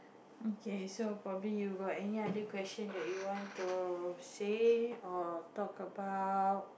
okay so probably you got any other question that you want to say or talk about